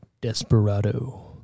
Desperado